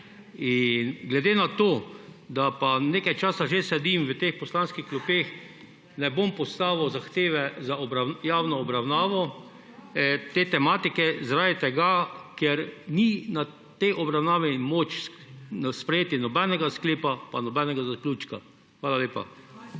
Glede na to, da nekaj časa že sedim v teh poslanskih klopeh, ne bom postavil zahteve za javno obravnavo te tematike, ker ni na tej obravnavi moč sprejeti nobenega sklepa pa nobenega zaključka. Hvala lepa.